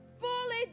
fully